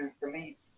beliefs